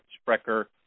Sprecher